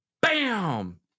bam